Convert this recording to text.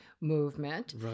movement